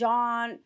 John